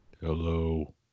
Hello